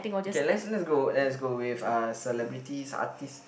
okay let's let's go let's go with uh celebrities artistes